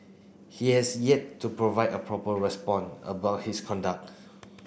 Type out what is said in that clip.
he has yet to provide a proper respond about his conduct